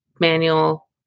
manual